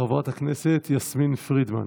חברת הכנסת יסמין פרידמן.